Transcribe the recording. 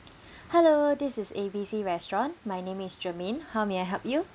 hello this is A B C restaurant my name is germaine how may I help you